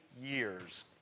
years